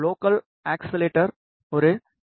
local oscillator ஒரு we